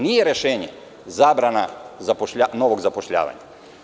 Nije rešenje zabrana novog zapošljavanja.